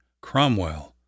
Cromwell